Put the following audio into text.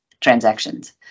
transactions